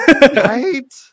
Right